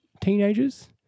teenagers